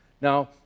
Now